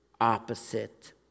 opposite